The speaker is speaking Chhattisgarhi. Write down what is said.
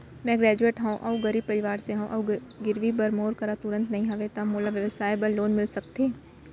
मैं ग्रेजुएट हव अऊ गरीब परवार से हव अऊ गिरवी बर मोर करा तुरंत नहीं हवय त मोला व्यवसाय बर लोन मिलिस सकथे?